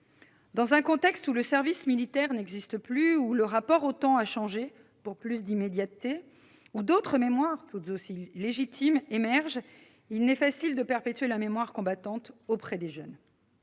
Dans un contexte où le service militaire n'existe plus, où le rapport au temps a changé pour plus d'immédiateté, où d'autres mémoires, tout aussi légitimes, émergent, il n'est pas facile de perpétuer la mémoire combattante auprès des jeunes.